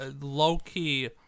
low-key